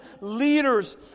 leaders